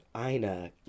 Ina